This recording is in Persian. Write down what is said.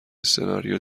سناریو